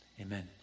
Amen